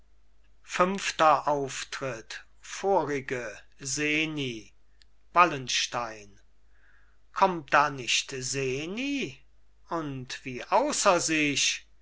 fünfter auftritt vorige seni wallenstein kommt da nicht seni und wie außer sich